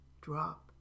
drop